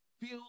feel